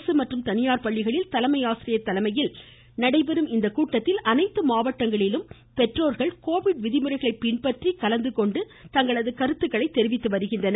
அரசு மற்றும் தனியார் பள்ளிகளில் தலைமை ஆசிரியர் தலைமையில் நடைபெறும் இக்கூட்டத்தில் அனைத்து மாவட்டங்களிலும் பெற்றோர்கள் கோவிட் விதிமுறைகளை பின்பற்றி கலந்துகொண்டு தங்களது கருத்துக்களை தெரிவித்து வருகின்றனர்